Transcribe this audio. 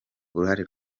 uruhare